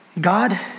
God